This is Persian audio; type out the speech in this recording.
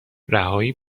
رهایی